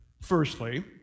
firstly